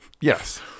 yes